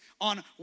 on